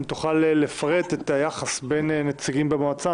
אם תפרט את היחס בין הנציגים במועצה,